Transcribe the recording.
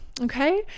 okay